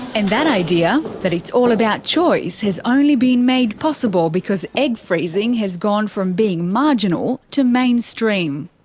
and that idea, that it's all about choice, has only been made possible because egg freezing has gone from being marginal, to mainstream.